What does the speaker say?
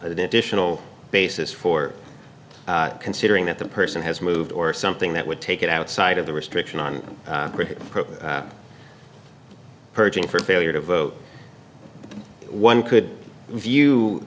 additional basis for considering that the person has moved or something that would take it outside of the restriction on purging for failure to vote one could view